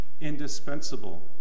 indispensable